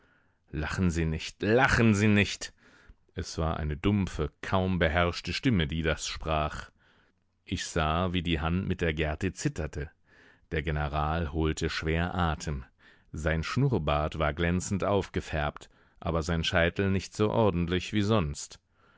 lachen sie nicht lachen sie nicht es war eine dumpfe kaum beherrschte stimme die das sprach ich sah wie die hand mit der gerte zitterte der general holte schwer atem sein schnurrbart war glänzend aufgefärbt aber sein scheitel nicht so ordentlich wie sonst